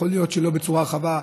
יכול להיות שלא בצורה רחבה,